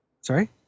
Sorry